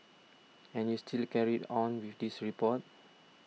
and you still carried on with this report